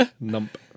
Nump